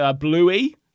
Bluey